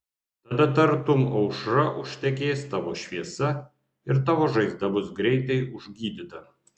tada tartum aušra užtekės tavo šviesa ir tavo žaizda bus greitai užgydyta